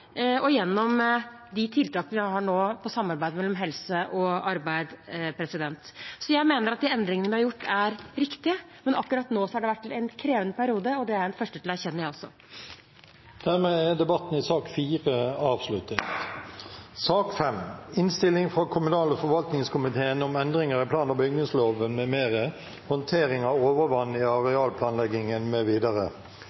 de tiltakene vi nå har om samarbeid mellom helse og arbeid. Jeg mener at de endringene vi har gjort, er riktige, men akkurat nå har det vært en krevende periode. Det er jeg også den første til å erkjenne. Dermed er debatten i sak nr. 4 avsluttet. Etter ønske fra kommunal- og forvaltningskomiteen vil presidenten foreslå at taletiden blir begrenset til 3 minutter til hver partigruppe og 3 minutter til medlemmer av